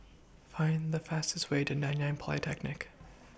Find The fastest Way to Nanyang Polytechnic